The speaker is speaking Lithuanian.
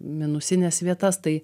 minusines vietas tai